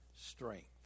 strength